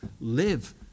live